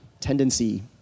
tendency